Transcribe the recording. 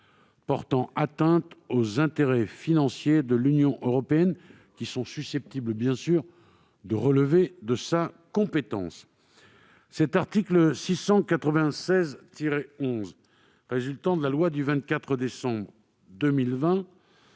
portant atteinte aux intérêts financiers de l'Union européenne susceptibles de relever de sa compétence. Cet article 696-11, résultant de la loi du 24 décembre 2020,